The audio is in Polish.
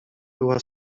była